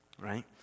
Right